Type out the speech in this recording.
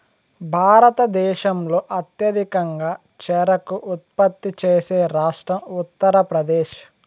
భారతదేశంలో అత్యధికంగా చెరకు ఉత్పత్తి చేసే రాష్ట్రం ఉత్తరప్రదేశ్